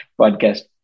podcast